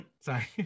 sorry